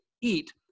eat